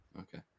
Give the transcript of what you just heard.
okay